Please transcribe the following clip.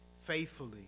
faithfully